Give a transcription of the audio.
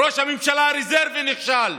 ראש הממשלה הרזרבי נכשל.